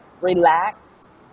relax